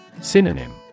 Synonym